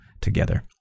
together